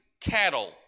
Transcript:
cattle